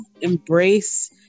embrace